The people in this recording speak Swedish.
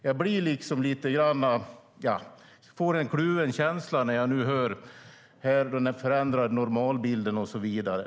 Jag blir lite kluven när jag nu hör om den förändrade normalbilden och så vidare.